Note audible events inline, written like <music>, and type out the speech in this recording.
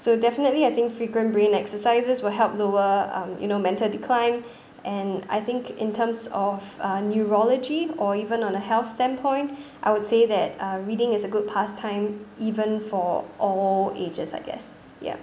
so definitely I think frequent brain exercises will help lower um you know mental decline <breath> and I think in terms of uh neurology or even on a health standpoint <breath> I would say that uh reading is a good pastime even for all ages I guess ya